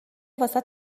واست